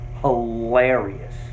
hilarious